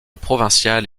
provinciale